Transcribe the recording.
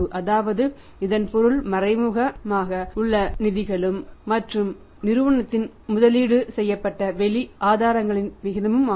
அதாவது இதன் பொருள் மறைமுகமாக உள் நிதிகளுக்கும் மற்றும் நிறுவனத்தில் முதலீடு செய்யப்பட்ட வெளி ஆதாரங்களின் விகிதம் ஆகும்